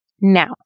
Now